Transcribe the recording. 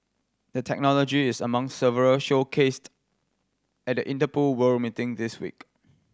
the technology is among several showcased at the Interpol World meeting this week